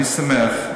אני שמח.